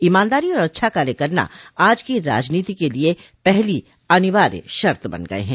ईमानदारी और अच्छा कार्य करना आज की राजनीति के लिए पहली अनिवार्य शर्त बन गये हैं